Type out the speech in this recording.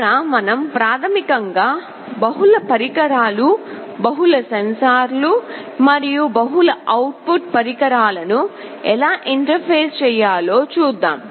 ఇక్కడ మనం ప్రాథమికంగా బహుళ పరికరాలు బహుళ సెన్సార్లు మరియు బహుళ అవుట్ పుట్ పరికరాల ను ఎలా ఇంటర్ఫేస్ చేయాలో చూద్దాం